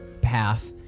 path